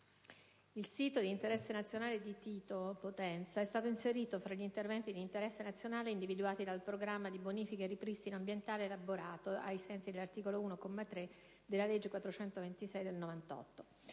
il sito di interesse nazionale di Tito in provincia di Potenza è stato inserito tra gli interventi di interesse nazionale individuati dal programma nazionale di bonifica e ripristino ambientale elaborato ai sensi dell'articolo 1, comma 3, della legge n. 426 del 1998.